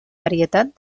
varietat